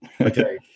Okay